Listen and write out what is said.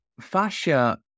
fascia